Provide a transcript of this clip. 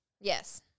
yes